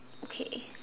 okay